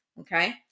Okay